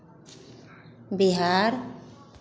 Bihar